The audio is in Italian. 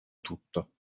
tutto